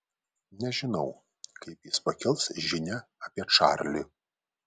nežinau kaip jis pakels žinią apie čarlį